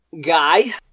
guy